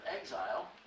exile